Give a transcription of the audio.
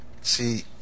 see